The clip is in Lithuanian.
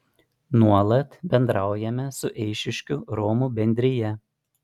nuolat bendraujame su eišiškių romų bendrija